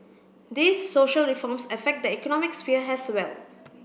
these social reforms affect the economic sphere as well